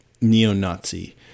neo-Nazi